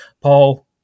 Paul